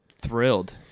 thrilled